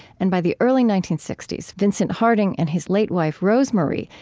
and by the early nineteen sixty s, vincent harding and his late wife, rosemarie,